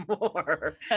more